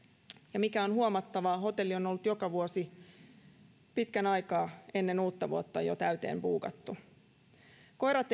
ja mikä on huomattavaa hotelli on ollut joka vuosi jo pitkän aikaa ennen uuttavuotta täyteen buukattu koirat